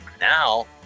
now